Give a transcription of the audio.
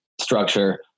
structure